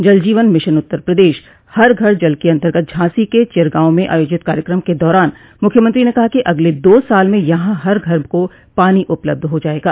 जल जीवन मिशन उत्तर प्रदेश हर घर जल के अन्तर्गत झांसी के चिरगांव में आयोजित कार्यक्रम के दौरान मुख्यमंत्री ने कहा कि अगले दो साल में यहां हर घर को पानी उपलब्ध हो जायेगा